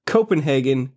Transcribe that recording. Copenhagen